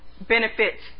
benefits